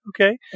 Okay